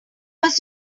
was